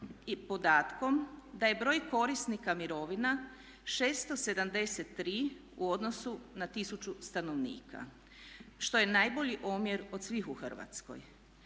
i podatkom da je broj korisnika mirovina 673 u odnosu na tisuću stanovnika što je najbolji omjer od svih u Hrvatskoj.